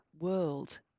world